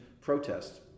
protests